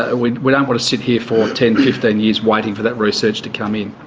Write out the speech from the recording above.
ah we we don't want to sit here for ten, fifteen years waiting for that research to come in.